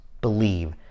believe